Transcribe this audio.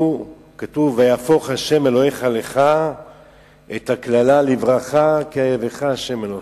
כתוב: ויהפוך ה' אלוהיך לך את הקללה לברכה כי אהבך ה' אלוהיך.